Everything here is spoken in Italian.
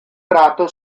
prato